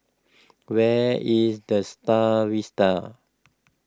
where is the Star Vista